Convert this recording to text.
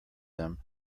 them